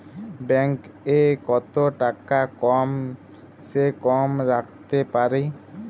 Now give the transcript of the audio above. Bank এ কত টাকা কম সে কম রাখতে পারি?